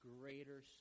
greater